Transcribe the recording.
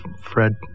Fred